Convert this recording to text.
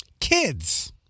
Kids